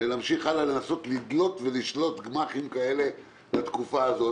להמשיך הלאה לנסות לדלות ולשלות גמ"חים כאלה בתקופה הזאת.